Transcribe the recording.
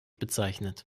bezeichnet